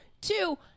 Two